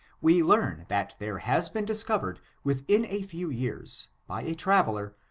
we learn that there has been discovered, within a few years, by a traveler,